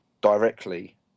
directly